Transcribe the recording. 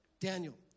Daniel